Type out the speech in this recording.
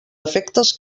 efectes